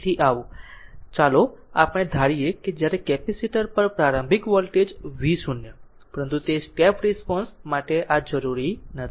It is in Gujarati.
તેથી ચાલો આપણે ધારીએ કે જ્યારે કેપેસિટર પર પ્રારંભિક વોલ્ટેજ v0 પરંતુ સ્ટેપ રિસ્પોન્સ માટે આ જરૂરી નથી